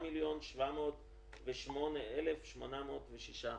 7,708,806 שקלים.